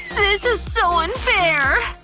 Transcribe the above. this is so unfair.